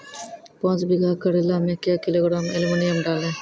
पाँच बीघा करेला मे क्या किलोग्राम एलमुनियम डालें?